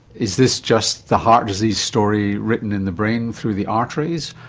is this just the heart disease story written in the brain through the arteries?